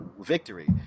victory